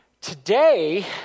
Today